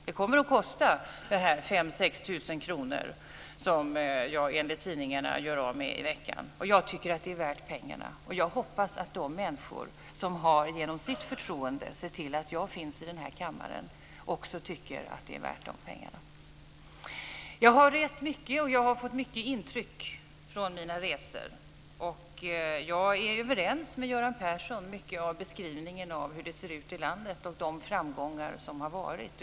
Det kommer att kosta de 5 000 6 000 kr som jag enligt tidningarna gör av med i veckan. Jag tycker att det är värt pengarna. Jag hoppas att de människor som genom sitt förtroende har sett till att jag finns i den här kammaren också tycker att det är värt de pengarna. Jag har rest mycket, och jag har fått många intryck från mina resor. Jag är överens med Göran Persson om mycket av beskrivningen av hur det ser ut i landet och de framgångar som har varit.